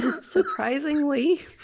surprisingly